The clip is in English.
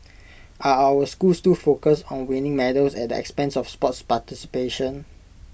are our schools too focused on winning medals at the expense of sports participation